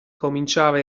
cominciava